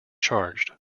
charged